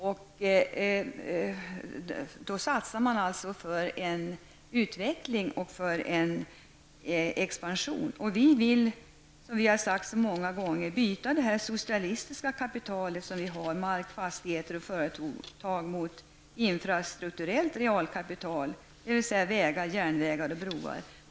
Man satsar då för en utveckling och expansion. Vi vill, som vi sagt många gånger, byta det socialistiska kapitalet -- mark, fastigheter och företag -- mot infrastrukturellt realkapital, dvs. järnvägar, vägar och broar.